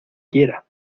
quiera